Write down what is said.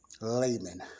layman